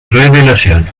revelación